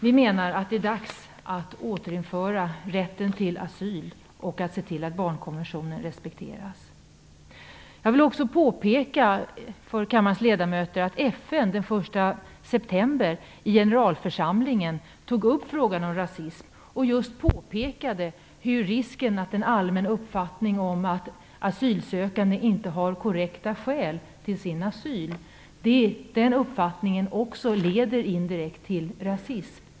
Vi menar att det är dags att återinföra rätten till asyl och att se till att barnkonventionen respekteras. Jag vill också påpeka för kammarens ledamöter att FN den första september i generalförsamlingen tog upp frågan om rasism. Det påpekades just att en allmän uppfattning om att asylsökande inte har korrekta skäl till sin asyl indirekt leder till rasism.